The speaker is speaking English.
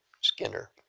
Skinner